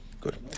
Good